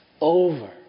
over